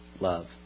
love